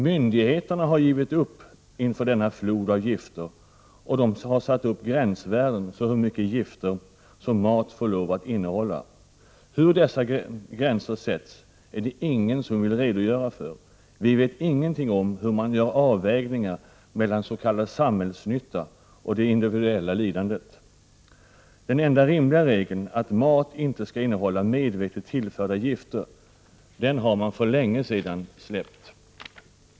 Myndigheterna har givit upp inför denna flod av gifter, och de har satt upp gränsvärden för hur mycket gifter mat får lov att innehålla. Hur dessa gränser sätts är det ingen som vill redogöra för. Vi vet ingenting om hur man gör avvägningar mellan s.k. samhällsnytta och det individuella lidandet. Den enda rimliga regeln, att mat inte skall innehålla medvetet tillförda gifter, har man för länge sedan släppt.